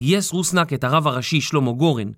גייס רוסנק את הרב הראשי שלמה גורן